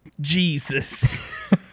Jesus